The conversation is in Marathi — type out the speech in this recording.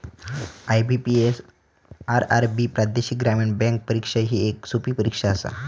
आई.बी.पी.एस, आर.आर.बी प्रादेशिक ग्रामीण बँक परीक्षा ही येक सोपी परीक्षा आसा